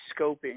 scoping